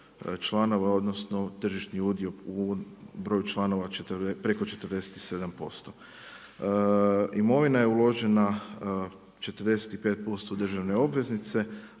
odnosno tržišni udio u broju članova preko 47%. Imovina je uložena 45% u državne obveznice,